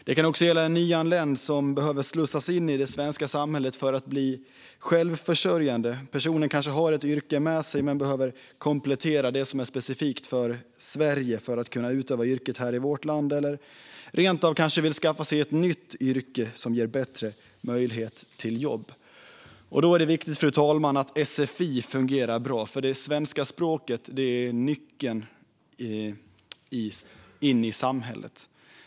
Det kan också gälla en nyanländ som behöver slussas in i det svenska samhället för att bli självförsörjande. Personen kanske har ett yrke med sig men behöver komplettera det med det som är specifikt för Sverige för att kunna utöva yrket i vårt land. Eller man kanske rent av vill skaffa sig ett nytt yrke som ger bättre möjlighet till jobb. Då är det viktigt, fru talman, att sfi fungerar bra, för det svenska språket är nyckeln in i samhället.